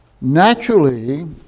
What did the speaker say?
naturally